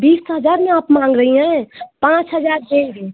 बीस हज़ार में आप माँग रही हैं पाँच हज़ार देंगे